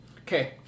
Okay